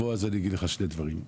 אז אני אגיד לך שני דברים.